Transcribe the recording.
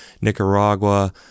Nicaragua